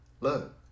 look